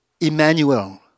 Emmanuel